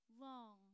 long